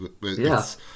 Yes